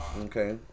okay